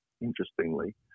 interestingly